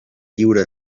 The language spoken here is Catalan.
lliure